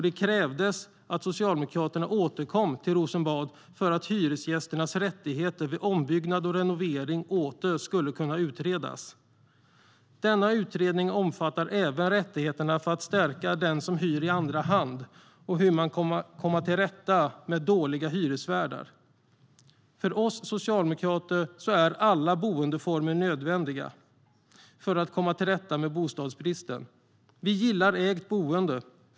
Det krävdes att Socialdemokraterna återkom till Rosenbad för att hyresgästernas rättigheter vid ombyggnad och renovering åter skulle kunna utredas. Denna utredning omfattar även hur rättigheterna kan stärkas för den som hyr i andra hand och hur man kan komma till rätta med dåliga hyresvärdar. För oss socialdemokrater är alla boendeformer nödvändiga för att komma till rätta med bostadsbristen. Vi gillar ägt boende.